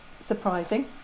surprising